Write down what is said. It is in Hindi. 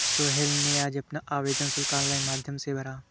सोहेल ने आज अपना आवेदन शुल्क ऑनलाइन माध्यम से भरा